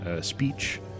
speech